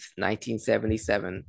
1977